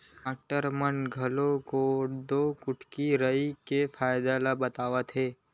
doctor मन घलोक कोदो, कुटकी, राई के फायदा ल बतावत हे